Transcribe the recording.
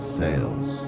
sales